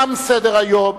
תם סדר-היום.